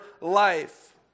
life